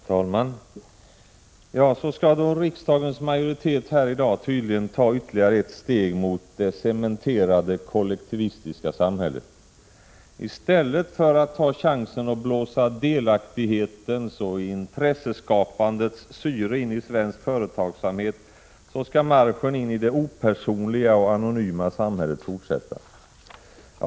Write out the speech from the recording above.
Herr talman! Så skall då riksdagens majoritet här i dag tydligen ta ytterligare ett steg mot det cementerade kollektivistiska samhället. I stället för att blåsa delaktighetens och intresseskapandets syre in i svensk företagsamhet skall marschen in i det opersonliga och anonyma samhället fortsätta.